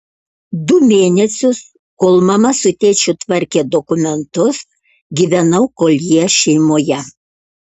du mėnesius kol mama su tėčiu tvarkė dokumentus gyvenau koljė šeimoje